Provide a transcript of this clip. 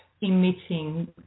emitting